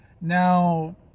Now